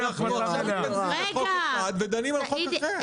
אנחנו דנים על חוק אחד וכאן מתייחסים לחוק אחר.